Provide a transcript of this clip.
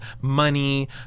money